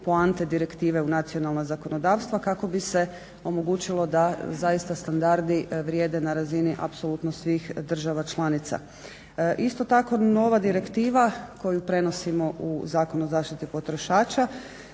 poante direktive u nacionalna zakonodavstva kako bi se omogućilo da zaista standardi vrijede na razini apsolutno svih država članica. Isto tako, nova direktiva koju prenosimo u Zakon o zaštiti potrošača